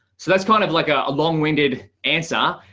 so that's kind of like a long winded answer,